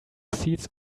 seats